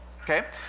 Okay